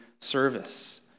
service